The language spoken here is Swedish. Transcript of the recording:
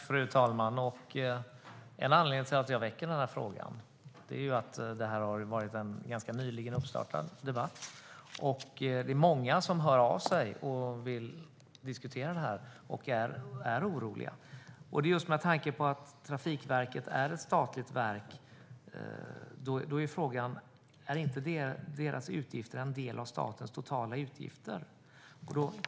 Fru talman! En anledning till att jag väcker frågan är den ganska nyligen uppstartade debatten. Det är många som hör av sig och är oroliga och vill diskutera. Trafikverket är ett statligt verk. Då är frågan: Är inte deras utgifter en del av statens totala utgifter?